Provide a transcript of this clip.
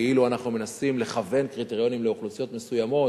כאילו אנחנו מנסים לכוון קריטריונים לאוכלוסיות מסוימות,